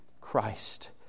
Christ